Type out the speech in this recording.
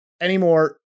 anymore